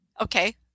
okay